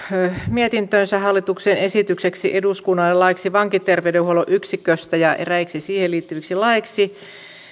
mietintönsä hallituksen esitykseksi eduskunnalle laiksi vankiterveydenhuollon yksiköstä ja eräiksi siihen liittyviksi laeiksi